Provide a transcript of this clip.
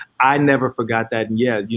i never forgot that yet. yeah